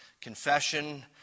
confession